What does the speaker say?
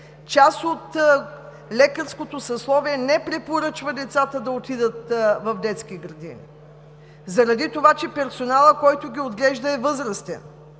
Част от лекарското съсловие не препоръчва децата да отидат в детски градини заради това, че персоналът, който ги отглежда, е възрастен,